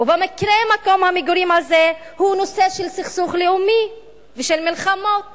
ובמקרה מקום המגורים הזה הוא נושא של סכסוך לאומי ושל מלחמות